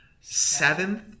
Seventh